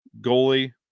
goalie